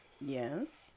Yes